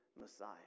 Messiah